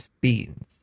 beans